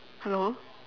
hello